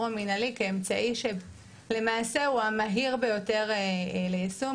המינהלי כאמצעי שלמעשה הוא המהיר ביותר ליישום,